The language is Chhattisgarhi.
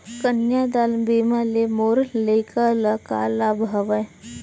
कन्यादान बीमा ले मोर लइका ल का लाभ हवय?